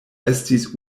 estis